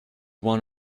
one